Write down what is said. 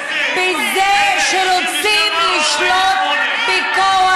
אפשר לתמוך בקיום